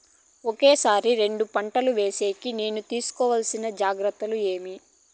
ఒకే సారి రెండు పంటలు వేసేకి నేను తీసుకోవాల్సిన జాగ్రత్తలు ఏమి?